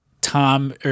Tom